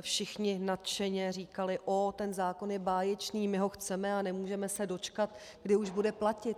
všichni nadšeně říkali ó, ten zákon je báječný, my ho chceme a nemůžeme se dočkat, kdy už bude platit.